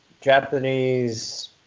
Japanese